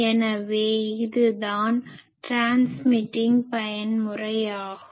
எனவே இதுதான் ட்ரான்ஸ்மிட்டிங் பயன்முறை transmitting mode மின்கடத்தும் பயன்முறை ஆகும்